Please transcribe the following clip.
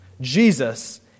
Jesus